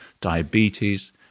diabetes